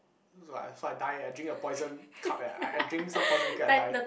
so if I die eh I drink a poison cup eh I I drink some poison liquid I die